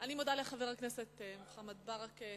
אני מודה לחבר הכנסת מוחמד ברכה.